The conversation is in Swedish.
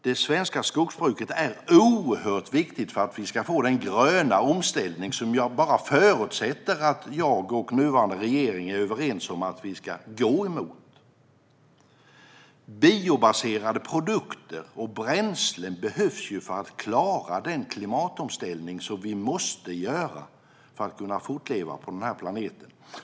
Det svenska skogsbruket är oerhört viktigt för att vi ska få den gröna omställning som jag förutsätter att jag och nuvarande regering är överens om att vi ska gå mot. Biobaserade produkter och bränslen behövs ju för att vi ska klara den klimatomställning som vi måste göra för att kunna fortleva på den här planeten.